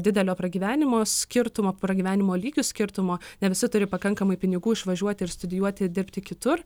didelio pragyvenimo skirtumo pragyvenimo lygių skirtumo ne visi turi pakankamai pinigų išvažiuoti ir studijuoti dirbti kitur